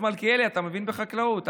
מלכיאלי, אתה מבין בחקלאות?